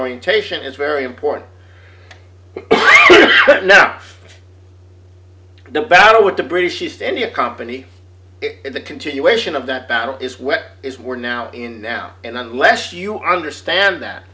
orientation is very important that nuff the battle with the british east india company and the continuation of that battle is what we're now in now and unless you understand that